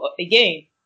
again